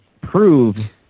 prove